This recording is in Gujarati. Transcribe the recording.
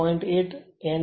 8 n હશે